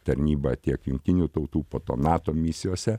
tarnyba tiek jungtinių tautų po to nato misijose